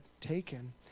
taken